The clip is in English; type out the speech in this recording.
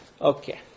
Okay